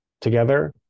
together